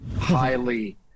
highly